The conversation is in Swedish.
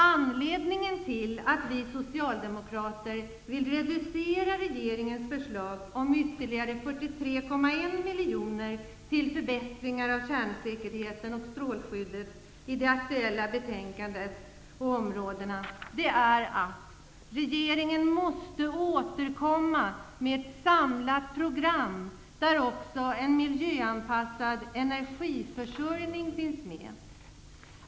Anledningen till att vi socialdemokrater vill reducera det belopp på ytterligare 43,1 miljoner kronor som regeringen föreslår till förbättringar av kärnsäkerheten och strålskyddet på de områden som framgår av det aktuella betänkandet är följande. Regeringen måste återkomma med ett samlat program, där också en miljöanpassad energiförsörjning finns med.